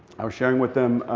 i was sharing with them,